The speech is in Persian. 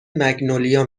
مگنولیا